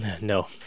No